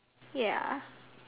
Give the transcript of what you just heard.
ya